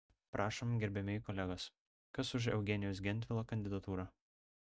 prašom gerbiamieji kolegos kas už eugenijaus gentvilo kandidatūrą